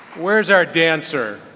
where's our dancer?